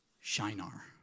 Shinar